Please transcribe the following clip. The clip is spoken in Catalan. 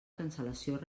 cancel·lació